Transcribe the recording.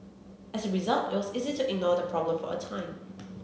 as result it was easy to ignore the problem for a time